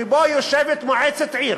שבו יושבת מועצת עיר